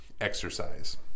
exercise